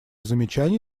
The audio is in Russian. замечаний